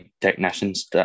technicians